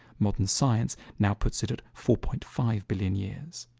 modern science now puts it at four point five billion years.